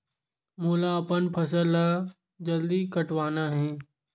मोला अपन फसल ला जल्दी कटवाना हे?